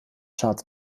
charts